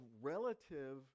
relative